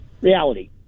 reality